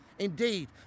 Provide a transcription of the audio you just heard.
Indeed